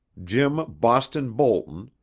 jim boston boulton,